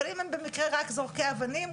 אבל אם הם במקרה רק זורקי אבנים,